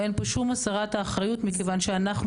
אין פה שום הסרת אחריות מכיוון שאנחנו